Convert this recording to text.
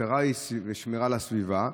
המטרה היא שמירה על הסביבה,